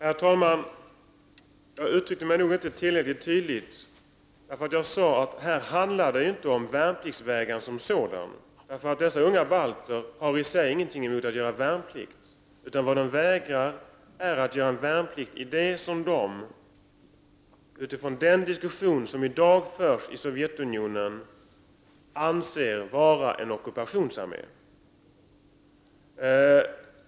Herr talman! Jag uttryckte mig nog inte tillräckligt tydligt. Jag sade att detta inte handlar om värnpliktsvägran som sådan. Dessa unga balter har ingenting emot att göra värnplikt, men de vägrar att göra värnplikt i det som de, utifrån den diskussion som i dag förs i Sovjetunionen, anser vara en ockupationsarmé.